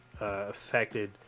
affected